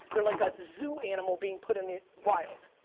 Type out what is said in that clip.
they're like a zoo animal being put in the wild.